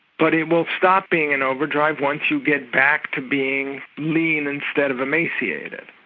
but it will stop being in overdrive once you get back to being lean instead of emaciated.